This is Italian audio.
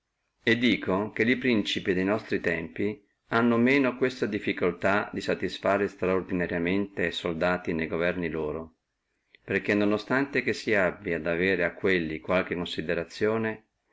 e dico che li principi de nostri tempi hanno meno questa difficultà di satisfare estraordinariamente a soldati ne governi loro perché non ostante che si abbi ad avere a quelli qualche considerazione